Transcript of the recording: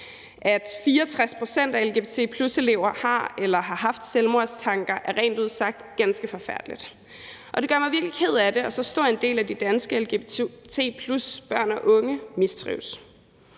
At 64 pct. af lgbt+-elever har eller har haft selvmordstanker, er rent ud sagt ganske forfærdeligt, og det gør mig virkelig ked af det, at en så stor del af de danske lgbt+-børn og -unge mistrives.